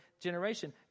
generation